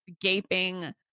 gaping